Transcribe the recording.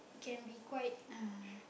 can be quite uh